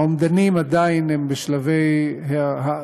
האומדנים הם עדיין בשלב הערכה,